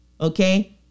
Okay